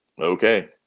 okay